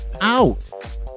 out